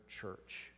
church